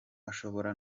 ashobora